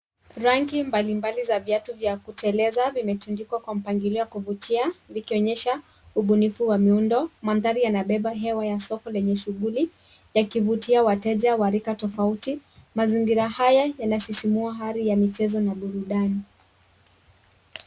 Rangi mbalimbali za viatu vya kuteleza vimetundikwa kwa mpangilio wa kuvutia, vikionyesha ubunifu wa muundo. Mandhari yanabeba hewa ya soko lenye shughuli yakivutia wateja wa rika tofauti. Mazingira haya yanasisimua hali ya michezo na burudani.